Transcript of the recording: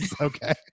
Okay